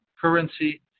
currency